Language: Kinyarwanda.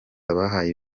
abahaye